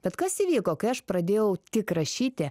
bet kas įvyko kai aš pradėjau tik rašyti